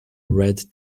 red